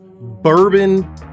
Bourbon